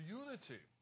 unity